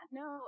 no